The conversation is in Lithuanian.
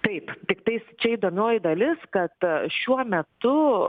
taip tiktais čia įdomioji dalis kad šiuo metu